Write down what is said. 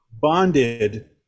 bonded